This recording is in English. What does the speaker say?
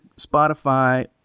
Spotify